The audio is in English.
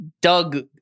Doug